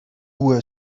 were